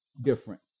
different